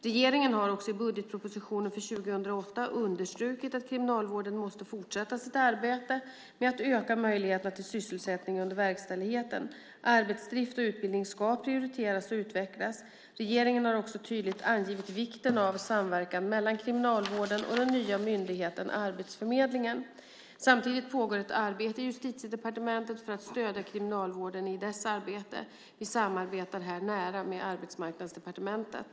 Regeringen har också i budgetpropositionen för 2008 understrukit att kriminalvården måste fortsätta sitt arbete med att öka möjligheterna till sysselsättning under verkställigheten. Arbetsdrift och utbildning ska prioriteras och utvecklas. Regeringen har också tydligt angivit vikten av samverkan mellan kriminalvården och den nya myndigheten Arbetsförmedlingen. Samtidigt pågår ett arbete i Justitiedepartementet för att stödja kriminalvården i dess arbete. Vi samarbetar här nära med Arbetsmarknadsdepartementet.